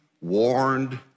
warned